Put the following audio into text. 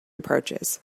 approaches